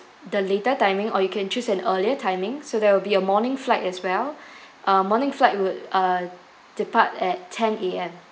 the later timing or you can choose an earlier timing so there will be a morning flight as well uh morning flight will uh depart at ten A_M